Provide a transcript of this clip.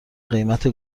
قیمت